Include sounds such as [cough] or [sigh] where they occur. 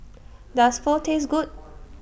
Does Pho Taste Good [noise]